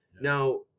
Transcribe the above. Now